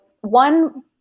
one